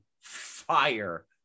fire